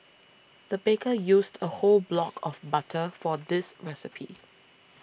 the baker used a whole block of butter for this recipe